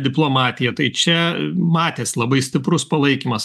diplomatija tai čia matės labai stiprus palaikymas